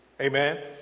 Amen